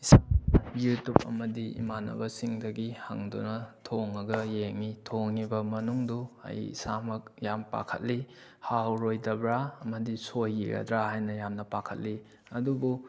ꯏꯁꯥꯅ ꯌꯨꯇ꯭ꯌꯨꯕ ꯑꯃꯗꯤ ꯏꯃꯥꯟꯅꯕꯁꯤꯡꯗꯒꯤ ꯍꯪꯗꯨꯅ ꯊꯣꯡꯂꯒ ꯌꯦꯡꯏ ꯊꯣꯡꯂꯤꯕ ꯃꯅꯨꯡꯗꯨ ꯑꯩ ꯏꯁꯥꯃꯛ ꯌꯥꯝ ꯄꯥꯈꯠꯂꯤ ꯍꯥꯎꯔꯣꯏꯗꯕ꯭ꯔꯥ ꯑꯃꯗꯤ ꯁꯣꯏꯈꯤꯒꯗ꯭ꯔꯥ ꯍꯥꯏꯅ ꯌꯥꯝꯅ ꯄꯥꯈꯠꯂꯤ ꯑꯗꯨꯕꯨ